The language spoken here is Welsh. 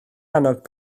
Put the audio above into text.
annog